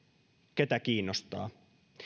ketä kiinnostaa